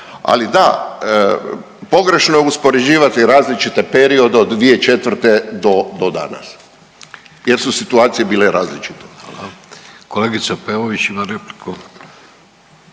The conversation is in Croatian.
Ali da, pogrešno je uspoređivati različite periode od 2004. do danas jer su situacije bile različite. **Vidović, Davorko